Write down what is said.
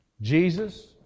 Jesus